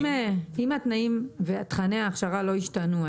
אם התנאים ותכני ההכשרה לא ישתנו,